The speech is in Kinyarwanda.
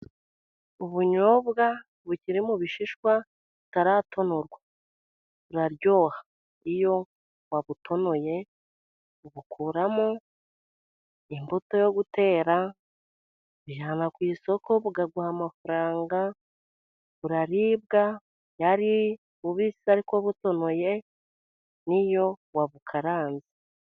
Ubunyobwa bukiri mu bishishwa butaratonorwa, buraryoha iyo wabutonoye ubukuramo imbuto yo gutera ubujyana ku isoko bukaguha amafaranga, buraribwa iyo ari bubisi ariko butonoye n'iyo wabukaranze.